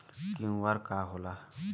QR का होला?